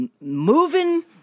Moving